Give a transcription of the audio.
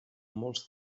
molts